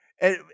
And-